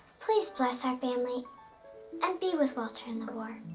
please bless our family and be with walter in the war.